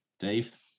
Dave